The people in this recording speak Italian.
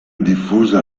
diffusa